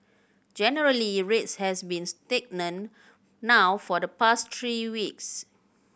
generally rates has been stagnant now for the past three weeks